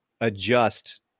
adjust